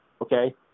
okay